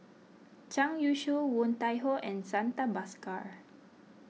Zhang Youshuo Woon Tai Ho and Santha Bhaskar